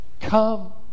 Come